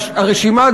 והרשימה,